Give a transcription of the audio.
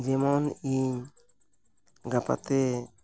ᱡᱮᱢᱚᱱ ᱤᱧ ᱜᱟᱯᱟᱛᱮ